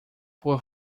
por